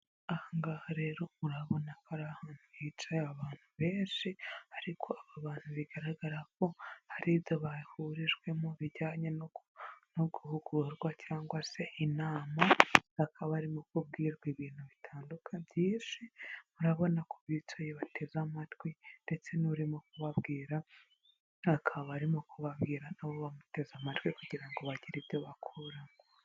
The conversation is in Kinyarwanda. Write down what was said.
Ahangaha rero urabona ko hari ahantu hicaye abantu benshi, ariko aba bantu bigaragara ko hari ibyo bahurijwemo bijyanye no guhugurwa cyangwa se inama, bakaba barimo kubwirwa ibintu bitandukanye byinshi, urabona ko bicaye bateze amatwi, ndetse n'urimo kubabwira akaba barimo kubabwira abo bamuteze amatwi, kugira ngo bagire ibyo bakuramo.